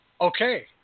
Okay